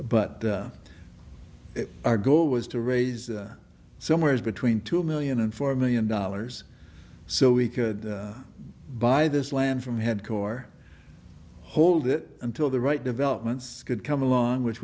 but our goal was to raise somewhere between two million and four million dollars so we could buy this land from had core hold it until the right developments could come along which